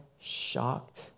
shocked